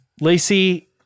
Lacey